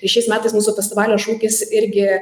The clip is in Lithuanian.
tai šiais metais mūsų festivalio šūkis irgi